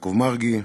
ויעקב מרגי,